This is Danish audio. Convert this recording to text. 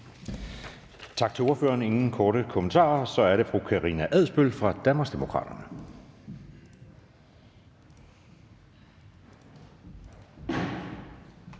Tak til ordføreren. Der er ingen korte bemærkninger. Så er det fru Karina Adsbøl fra Danmarksdemokraterne.